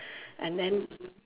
and then